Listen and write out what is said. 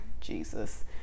jesus